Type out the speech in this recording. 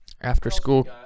after-school